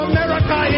America